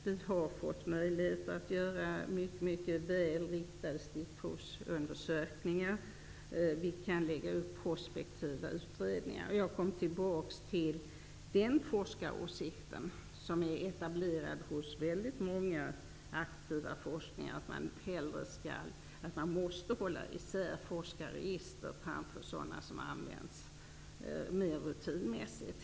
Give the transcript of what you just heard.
Vi har fått möjligheter att göra mycket väl riktade stickprovsundersökningar. Vi kan göra prospektiva utredningar. Jag vill åter nämna den forskaråsikt som är etablerad hos väldigt många aktiva forskare, nämligen att man måste skilja forskarregister från sådana som används mer rutinmässigt.